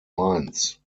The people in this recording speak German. mainz